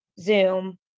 zoom